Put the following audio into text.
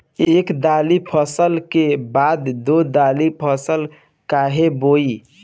एक दाली फसल के बाद दो डाली फसल काहे बोई?